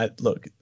look